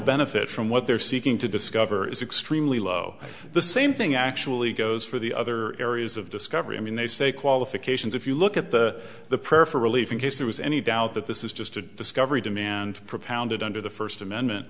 benefit from what they're seeking to discover is extremely low the same thing actually goes for the other areas of discovery i mean they say qualifications if you look at the the prayer for relief in case there was any doubt that this is just a discovery demand propounded under the first amendment